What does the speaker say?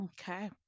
Okay